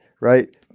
Right